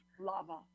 lava